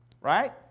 right